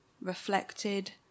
Reflected